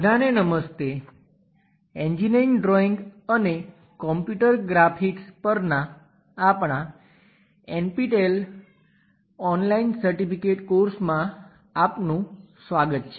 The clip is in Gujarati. બધાને નમસ્તે એન્જીનિયરિંગ ડ્રોઇંગ અને computer graphics Engineering Drawing Computer Graphics પરના આપણાં NPTEL ઓનલાઈન સર્ટિફિકેટ કોર્સમાં આપનું સ્વાગત છે